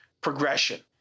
progression